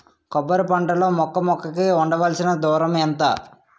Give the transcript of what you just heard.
కొబ్బరి పంట లో మొక్క మొక్క కి ఉండవలసిన దూరం ఎంత